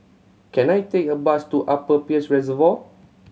can I take a bus to Upper Peirce Reservoir